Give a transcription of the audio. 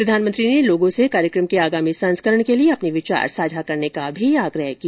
प्रधानमंत्री ने लोगों से कार्यक्रम के आगामी संस्करण के लिए अपने विचार साझा करने का भी आग्रह किया